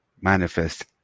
manifest